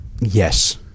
Yes